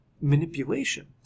manipulation